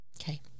okay